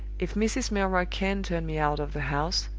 if mrs. milroy can turn me out of the house,